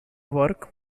worked